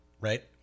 Right